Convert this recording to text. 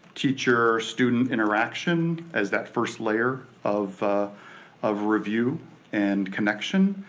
teacher student interaction as that first layer of of review and connection,